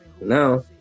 Now